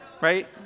right